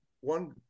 One